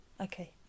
Okay